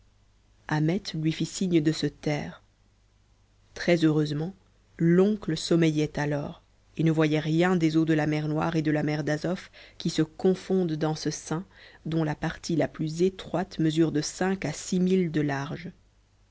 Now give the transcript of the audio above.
ahmet lui fit signe de se taire très heureusement l'oncle sommeillait alors et ne voyait rien des eaux de la mer noire et de la mer d'azof qui se confondent dans ce sund dont la partie la plus étroite mesure de cinq à six milles de large